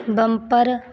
bumper